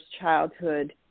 childhood